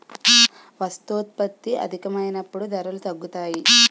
వస్తోత్పత్తి అధికమైనప్పుడు ధరలు తగ్గుతాయి